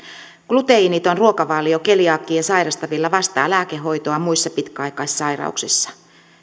gluteeniton ruokavalio keliakiaa sairastavilla vastaa lääkehoitoa muissa pitkäaikaissairauksissa